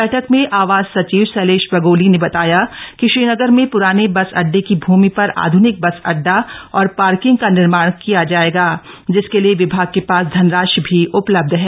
बैठक में आवास सचिव शैलेश बगोली ने बताया कि श्रीनगर में प्राने बस अड्डे की भूमि पर आध्निक बस अड़डा और पार्किंग का निर्माण किया जाएगा जिसके लिए विभाग के पास धनराशि भी उपलब्ध है